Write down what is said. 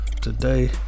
today